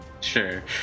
Sure